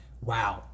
wow